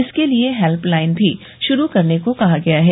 इसके लिए हेल्पलाइन भी शुरू करने को कहा गया है